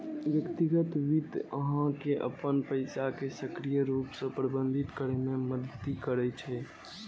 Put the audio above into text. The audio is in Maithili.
व्यक्तिगत वित्त अहां के अपन पैसा कें सक्रिय रूप सं प्रबंधित करै मे मदति करै छै